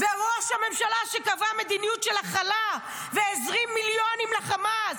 ראש הממשלה שקבע מדיניות של הכלה והזרים מיליונים לחמאס,